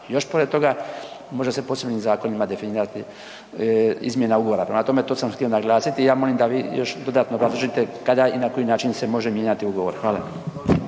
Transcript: još pored toga može se posebnim zakonima definirati izmjena ugovora. Prema tome, to sam htio naglasiti, ja molim da vi još dodatno obrazložite kada i na koji način se može mijenjati ugovor. Hvala.